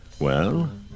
Well